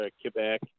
Quebec